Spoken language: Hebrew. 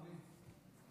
אדוני?